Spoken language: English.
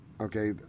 okay